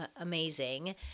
amazing